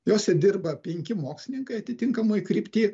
jose dirba penki mokslininkai atitinkamoj krypty